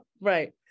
right